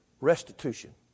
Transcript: Restitution